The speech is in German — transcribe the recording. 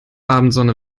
abendsonne